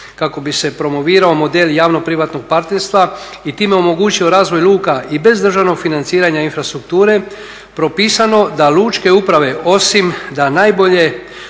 kako bi se promovirao model javno privatnog partnerstva i time omogućio razvoj luka i bez državnog financiranja infrastrukture propisano da lučke uprave osim da najbolje